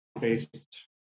based